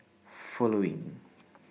following